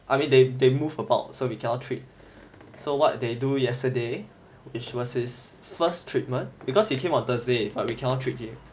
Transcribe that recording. I mean they they move about so we cannot treat so what they do yesterday which was his first treatment because he came on thursday but we cannot treat him